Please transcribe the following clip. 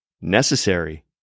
necessary